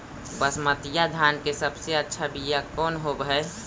बसमतिया धान के सबसे अच्छा बीया कौन हौब हैं?